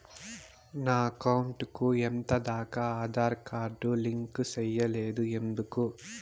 నా అకౌంట్ కు ఎంత దాకా ఆధార్ కార్డు లింకు సేయలేదు ఎందుకు